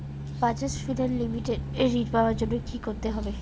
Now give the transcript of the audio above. Bajaj finance limited এ ঋন পাওয়ার জন্য কি করতে হবে?